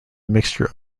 mixture